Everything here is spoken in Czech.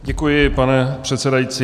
Děkuji, pane předsedající.